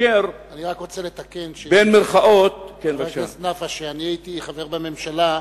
אני רק רוצה לתקן: כשאני הייתי חבר בממשלה,